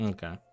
Okay